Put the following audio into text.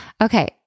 Okay